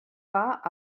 pas